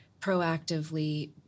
proactively